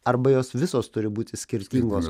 arba jos visos turi būti skirtingos